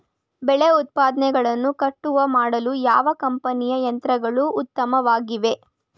ಬೆಳೆ ಉತ್ಪನ್ನಗಳನ್ನು ಕಟಾವು ಮಾಡಲು ಯಾವ ಕಂಪನಿಯ ಯಂತ್ರಗಳು ಉತ್ತಮವಾಗಿವೆ?